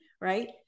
right